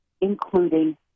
including